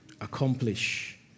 accomplish